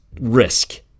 risk